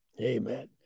amen